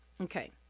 Okay